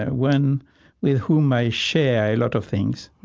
ah one with whom i share a lot of things.